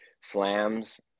slams